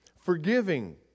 Forgiving